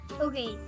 Okay